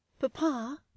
Papa